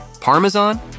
Parmesan